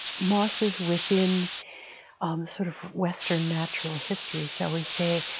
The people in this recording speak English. mosses within um sort of western natural history, shall we say,